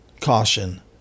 caution